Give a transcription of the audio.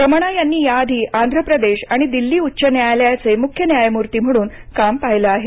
रमणा यांनी याआधी आंध्र प्रदेश आणि दिल्ली उच्च न्यायालयाचे मुख्य न्यायमूर्ती म्हणून काम पाहिलं आहे